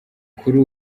kuri